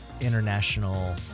international